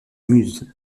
muse